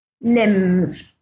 Limbs